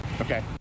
okay